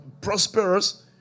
prosperous